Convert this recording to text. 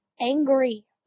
angry